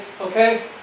okay